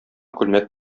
күлмәк